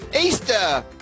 Easter